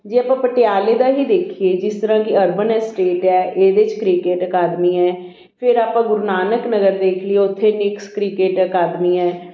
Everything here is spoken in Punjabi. ਜੇ ਆਪਾਂ ਪਟਿਆਲੇ ਦਾ ਹੀ ਦੇਖੀਏ ਜਿਸ ਤਰ੍ਹਾਂ ਕਿ ਅਰਬਨ ਅਸਟੇਟ ਹੈ ਇਹਦੇ 'ਚ ਕ੍ਰਿਕਟ ਅਕਾਦਮੀ ਹੈ ਫਿਰ ਆਪਾਂ ਗੁਰੂ ਨਾਨਕ ਨਗਰ ਦੇਖ ਲਈਏ ਉੱਥੇ ਨਿਕਸ ਕ੍ਰਿਕੇਟ ਅਕਾਦਮੀ ਹੈ